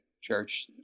church